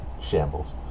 shambles